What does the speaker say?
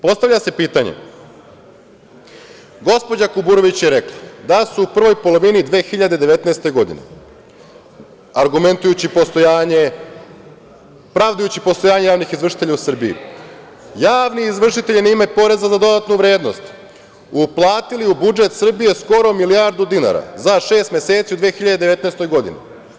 Postavlja se pitanje, gospođa Kuburović je rekla da su u prvoj polovini 2019. godine argumentujući postojanje, pravdajući postojanje javnih izvršitelja u Srbiji javni izvršitelji na ime poreza na dodatu vrednost uplatili u budžet Srbije skoro milijardu dinara za šest meseci u 2019. godini.